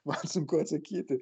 man sunku atsakyti